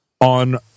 on